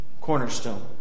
Cornerstone